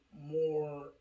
more